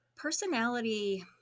Personality